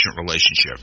relationship